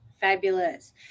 Fabulous